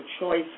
choice